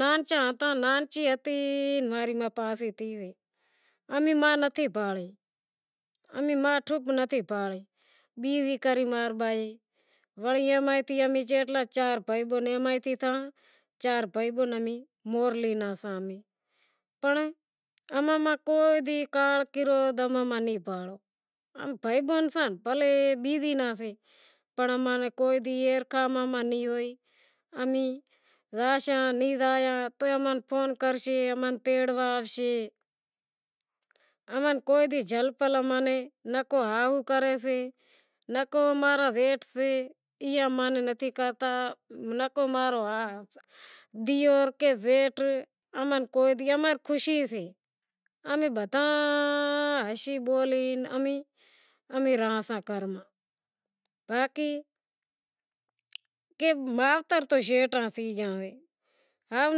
نانچی ہتی ماں ری ماسی پاسی پری امیں ماں نتھی پاڑی، بیزی کری امیں چار بھائی ماہرلی را ساں پنر اماں ماں کوئی بھی کاڑ کرودھ ناں سے، باھئی بیہن ساں بھلی بیزی را سے پنڑ اماں ماں کاڑ کرودہ نتھی، بھئی بیہن سے بھلیں بیزی نا سے امیں زاشاں نیں زایاں توئے اماں نیں فون کرشیں اماں نیں تیڑوا آوشیں، اماں میں کوئی جھل پل نکو ہائو کرے سے نکو ماں را زیٹھ سھ سے ای امں ناں نتھی کہتا نکو ماں رو ڈیئر نکی زیٹھ اماں نیں کوئی نتھی، ماں نیں خوشی سے۔ اماں بدہا ہشی بولی رہاشاں، مائتر تو شیٹا تھی گیا ایں، ہوے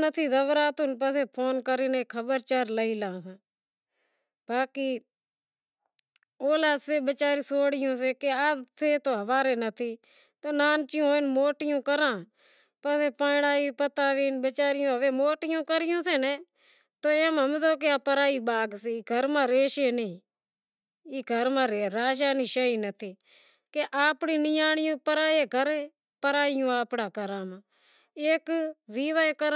نتھی زاوراتو پسے فون کرے خبر چار لئی لاں باقی بولاں سے وچاریوں سوڑیوں سے نانچیوں ہتیوں موٹیوں کریوں سیں تو ہمزو پرائی بھاگ سے گھر میں رہشے نیں ای گھر ماں رہانشنڑ جیوی شے نتھی آنپڑی نیانڑیوں پرائے گھر ان پرایوں آنپڑے گھر۔